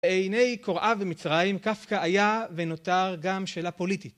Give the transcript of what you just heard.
הנה היא קוראה במצרים, קפקא היה ונותר גם שאלה פוליטית